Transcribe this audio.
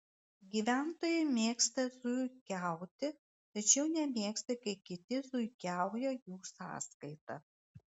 gyventojai mėgsta zuikiauti tačiau nemėgsta kai kiti zuikiauja jų sąskaita